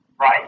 Right